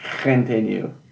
Continue